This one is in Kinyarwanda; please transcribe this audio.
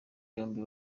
yombi